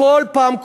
כל פעם,